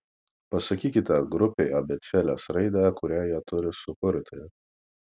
pasakykite grupei abėcėlės raidę kurią jie turi sukurti